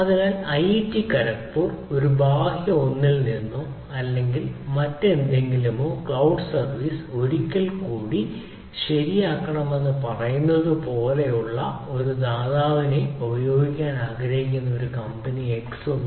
അതിനാൽ ഐഐടി ഖരഗ്പൂർ ഒരു ബാഹ്യ ഒന്നിൽ നിന്നോ അല്ലെങ്കിൽ മറ്റെന്തെങ്കിലുമോ ക്ലൌഡ് സർവീസ് ഒരിക്കൽ കൂടി ശരിയാക്കണമെന്ന് പറയുന്നത് പോലുള്ള ഒരു ദാതാവിനെ ഉപയോഗിക്കാൻ ആഗ്രഹിക്കുന്ന ഒരു കമ്പനി x ഉണ്ട്